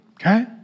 okay